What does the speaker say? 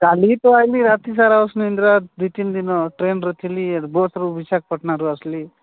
କାଲି ତ ଆସିଲି ରାତି ସାରା ଅନିଦ୍ରା ଦୁଇ ତିନ ଦିନ ଟ୍ରେନ୍ର ଥିଲି ବସ୍ରୁ ବିଶାଖାପାଟନାରୁ ଆସିଲି